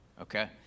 Okay